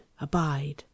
abide